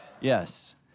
yes